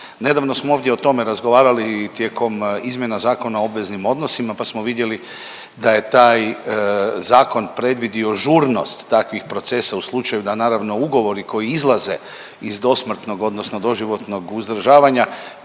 Nedavno smo ovdje o tome razgovarali i tijekom izmjena Zakona o obveznim odnosima pa smo vidjeli da je taj Zakon predvidio žurnost takvih procesa, u slučaju da, naravno, ugovori koji izlaze iz dosmrtnog odnosno doživotnog uzdržavanja